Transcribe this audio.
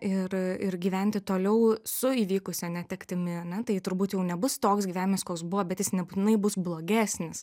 ir ir gyventi toliau su įvykusia netektimi ane tai turbūt jau nebus toks gyvenimas koks buvo bet jis nebūtinai bus blogesnis